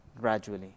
gradually